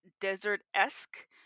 desert-esque